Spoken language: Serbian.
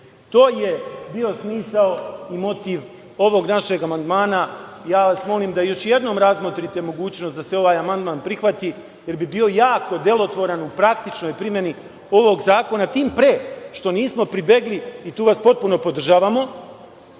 je bio smisao i motiv ovog našeg amandmana i ja vas molim da još jednom razmotrite mogućnost da se ovaj amandman prihvati, jer bi bio jako delotvoran u praktičnoj primeni ovog zakona, tim pre što nismo pribegli, i tu vas potpuno podržavamo,